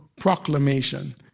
proclamation